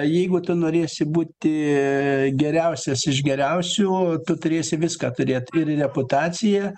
jeigu tu norėsi būti geriausias iš geriausių tu turėsi viską turėt ir reputaciją